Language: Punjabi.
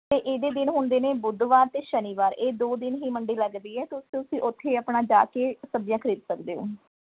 ਅਤੇ ਇਹਦੇ ਦਿਨ ਹੁੰਦੇ ਨੇ ਬੁੱਧਵਾਰ ਅਤੇ ਸ਼ਨੀਵਾਰ ਇਹ ਦੋ ਦਿਨ ਹੀ ਮੰਡੀ ਲੱਗਦੀ ਹੈ ਤੁ ਤੁਸੀਂ ਉੱਥੇ ਆਪਣਾ ਜਾ ਕੇ ਸਬਜ਼ੀਆਂ ਖਰੀਦ ਸਕਦੇ ਹੋ